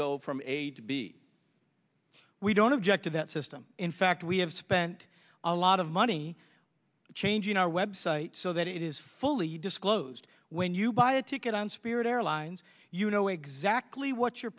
go from a to b we don't object to that system in fact we have spent a lot of money changing our website so that it is fully disclosed when you buy a ticket on spirit airlines you know exactly what you're